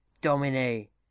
Domine